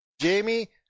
Jamie